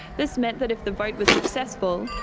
this meant that if the vote was successful,